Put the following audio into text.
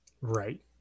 right